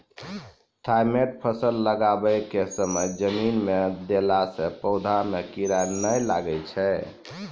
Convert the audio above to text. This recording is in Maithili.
थाईमैट फ़सल लगाबै के समय जमीन मे देला से पौधा मे कीड़ा नैय लागै छै?